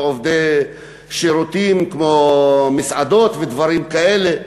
או עובדי שירותים כמו מסעדות ודברים כאלה.